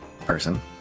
person